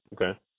Okay